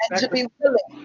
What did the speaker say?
to be willing.